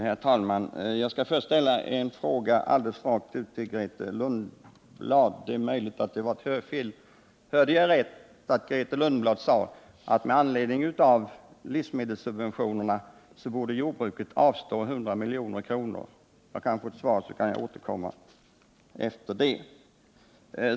Herr talman! Jag skall alldeles rakt ut ställa en fråga till Grethe Lundblad. Det är möjligt att det var ett hörfel — eller hörde jag rätt när jag tyckte att Grethe Lundblad sade att jordbruket med anledning av livsmedelssubventionerna borde avstå från 100 milj.kr. av avtalade priser? Jag kanske kan få ett svar på den frågan först, så skall jag återkomma senare.